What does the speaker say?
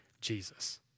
Jesus